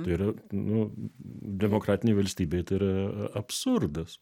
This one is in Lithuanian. tai yra nu demokratinėj valstybėj tai yra absurdas